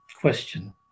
question